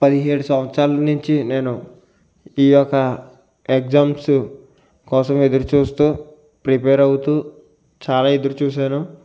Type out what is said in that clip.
పదిహేడు సంవత్సరాల నించి నేను ఈ యొక్క ఎగ్జామ్స్ కోసం ఎదురు చూస్తూ ప్రిపేర్ అవుతూ చాలా ఎదురు చూశాను